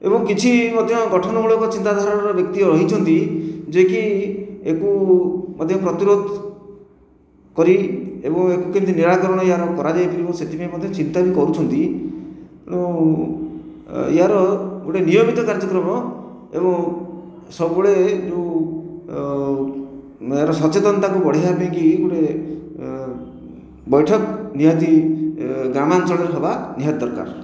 ଏବଂ କିଛି ମଧ୍ୟ ଗଠନମୂଳକ ଚିନ୍ତାଧାରାର ବ୍ୟକ୍ତି ରହିଛନ୍ତି ଯିଏକି ଏହାକୁ ମଧ୍ୟ ପ୍ରତିରୋଧ କରି ଏବଂ ଏହାକୁ କେମିତି ନିରାକରଣ ଏହାର କରାଯାଇପାରିବ ସେଥିପାଇଁ ମଧ୍ୟ ଚିନ୍ତା ବି କରୁଛନ୍ତି ତେଣୁ ଏହାର ଗୋଟିଏ ନିୟମିତ କାର୍ଯ୍ୟକ୍ରମ ଏବଂ ସବୁବେଳେ ଯେଉଁ ଏହାର ସଚେତନତାକୁ ବଢ଼ାଇବା ପାଇଁ ଗୋଟିଏ ବୈଠକ ନିହାତି ଗ୍ରାମାଞ୍ଚଳରେ ହେବା ନିହାତି ଦରକାର